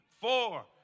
four